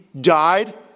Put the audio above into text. died